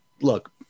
look